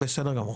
בסדר גמור.